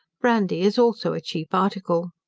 brandy is also a cheap article.